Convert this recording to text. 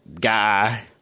guy